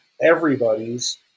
everybody's